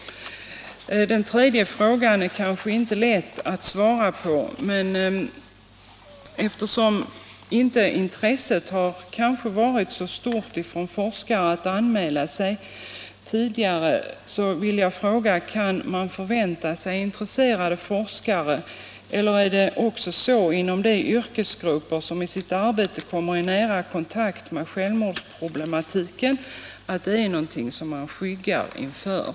Den tredje frågan är kanske inte lätt att svara på, men eftersom intresset inte har varit så stort från forskarna att anmäla sig vill jag fråga: Kan man förvänta sig intresserade forskare, eller är det också så inom de yrkesgrupper som i sitt arbete kommer i nära kontakt med självmordsproblematiken att det är något man skyggar inför?